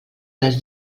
les